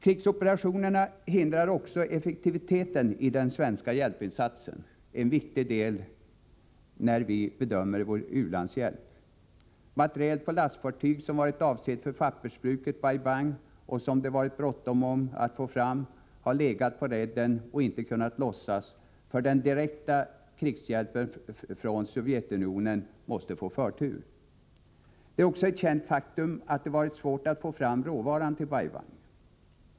Krigsoperationerna minskar också den svenska hjälpinsatsens effektivitet, som är en viktig del vid bedömningen av vår u-landshjälp. Materiel på lastfartyg som varit avsedd för pappersbruket Bai Bang och som det varit bråttom med att få fram har legat kvar på redden och inte kunnat lossas, därför att den direkta krigshjälpen från Sovjetunionen måste få förtur. Det är också ett känt faktum att det har varit svårt att få fram råvaran till Bai Bang.